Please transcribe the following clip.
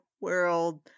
world